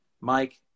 Mike